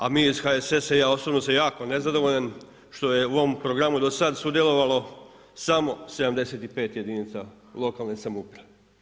A mi iz HSS-a i ja osobno sam jako nezadovoljan što je u ovom programu do sada sudjelovalo samo 75 jedinica lokalne samouprave.